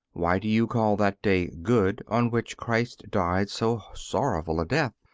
why do you call that day good on which christ died so sorrowful a death?